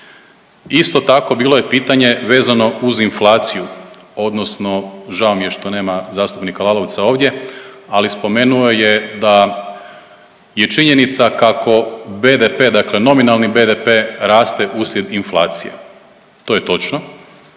Isto tako bilo je pitanje vezano uz inflaciju odnosno žao mi je što nema zastupnika Lalovca ovdje, ali spomenuo je da je činjenica kako BDP, dakle nominalni BDP raste uslijed inflacije. To je točno,